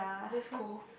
that's cool